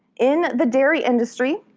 in the dairy industry,